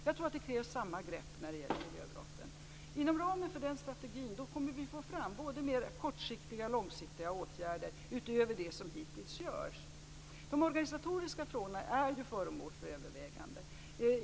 Jag tror att det krävs samma grepp när det gäller miljöbrotten. Inom ramen för den strategin kommer vi att få fram både mer kortsiktiga och mer långsiktiga åtgärder utöver det som hittills görs. De organisatoriska frågorna är föremål för övervägande.